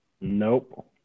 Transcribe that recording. Nope